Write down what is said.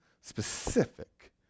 specific